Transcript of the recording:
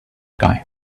guy